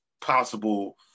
possible